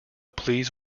pleas